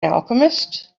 alchemist